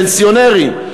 פנסיונרים,